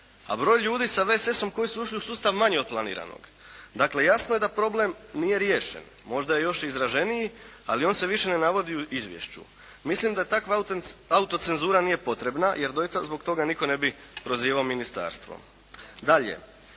a broj ljudi sa VSS-om koji su ušli u sustav manji od planiranog. Dakle, jasno je da problem nije riješen, možda je i još izraženiji, ali on se više ne navodi u izvješću. Mislim da takva autocenzura nije potrebna, jer doista zbog toga nitko ne bi prozivao ministarstvo. Dalje,